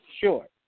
sure